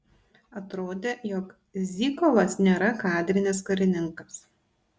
atrodė jog zykovas nėra kadrinis karininkas